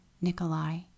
Nikolai